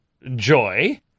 Joy